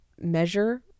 measure